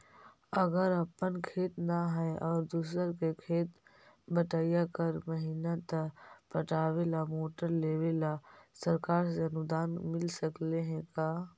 अगर अपन खेत न है और दुसर के खेत बटइया कर महिना त पटावे ल मोटर लेबे ल सरकार से अनुदान मिल सकले हे का?